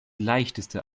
leichteste